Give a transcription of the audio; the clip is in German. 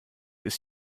ist